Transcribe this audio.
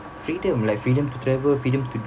freedom like freedom to travel freedom to